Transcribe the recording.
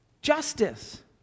Justice